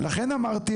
לכן אמרתי,